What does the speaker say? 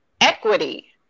equity